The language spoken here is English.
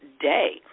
day